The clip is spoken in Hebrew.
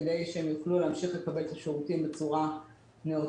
כדי שהם יוכלו להמשיך לקבל את השירותים בצורה נאותה,